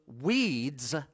weeds